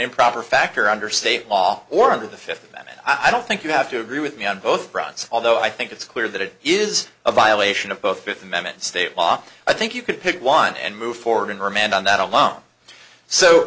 improper factor under state law or under the fifth amendment i don't think you have to agree with me on both fronts although i think it's clear that it is a violation of both fifth amendment state law i think you could pick one and move forward in remand on that alone so